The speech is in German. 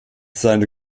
seine